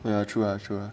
ya true lah true lah